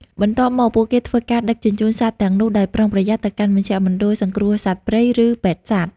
បន្ទាប់មក ពួកគេធ្វើការដឹកជញ្ជូនសត្វទាំងនោះដោយប្រុងប្រយ័ត្នទៅកាន់មជ្ឈមណ្ឌលសង្គ្រោះសត្វព្រៃ ឬពេទ្យសត្វ។